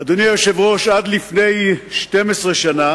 אדוני היושב-ראש, עד לפני 12 שנה